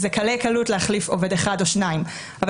זה קלי-קלות להחליף עובד אחד או שניים אבל